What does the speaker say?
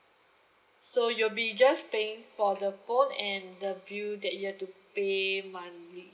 so you'll be just paying for the phone and the bill that you have to pay monthly